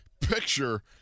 picture